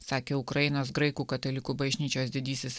sakė ukrainos graikų katalikų bažnyčios didysis